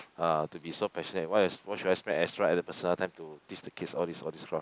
uh to be so passionate why I why should I spend extra at the personal time to teach the kids all this all extra